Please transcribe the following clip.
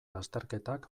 lasterketak